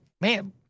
man